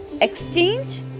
exchange